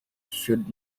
should